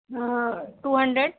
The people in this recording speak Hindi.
हाँ टू हंड्रेड